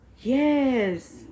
Yes